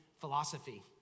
philosophy